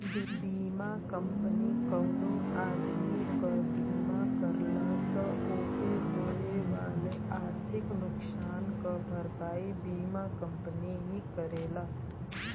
बीमा कंपनी कउनो आदमी क बीमा करला त ओके होए वाले आर्थिक नुकसान क भरपाई बीमा कंपनी ही करेला